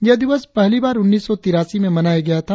यह दिवस पहली बार उन्नीस सौ तिरासी में मनाया गया था